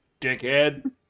dickhead